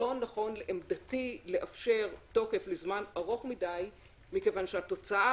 לא נכון לעמדתי לאפשר תוקף לזמן ארוך מדי מכיוון שהתוצאה